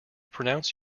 pronounce